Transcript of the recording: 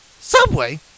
Subway